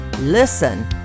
Listen